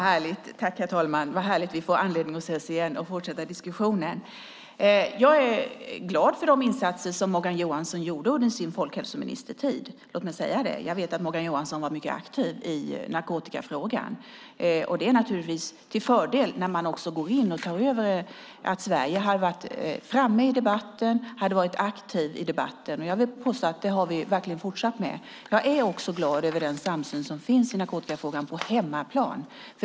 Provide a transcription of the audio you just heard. Herr talman! Vad härligt, vi får anledning att ses igen och fortsätta diskussionen. Jag är glad för de insatser som Morgan Johansson gjorde under sin tid som folkhälsominister - låt mig säga det. Jag vet att Morgan Johansson var mycket aktiv i narkotikafrågan. Det var naturligtvis till fördel när man tog över att Sverige hade varit framme i debatten och hade varit aktivt. Jag vill påstå att det har vi verkligen fortsatt med. Jag är också glad över den samsyn som finns i narkotikafrågan på hemmaplan.